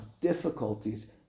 difficulties